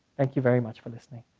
thank you very much for listening.